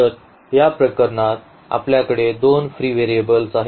तर या प्रकरणात आपल्याकडे दोन फ्री व्हेरिएबल्स आहेत